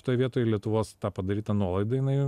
šitoj vietoj lietuvos ta padaryta nuolaida jinai